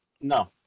No